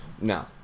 No